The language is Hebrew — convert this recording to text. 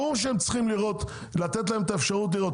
ברור שצריך לתת להם את האפשרות לראות.